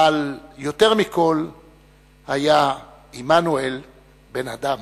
אבל יותר מכול היה עמנואל בן-אדם.